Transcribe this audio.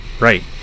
right